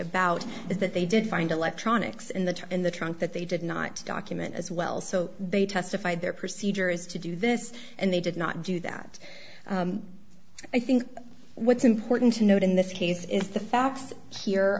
about is that they did find electronics in the tree in the trunk that they did not document as well so they testified their procedure is to do this and they did not do that i think what's important to note in this case is the facts here